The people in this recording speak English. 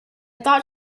thought